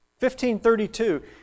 1532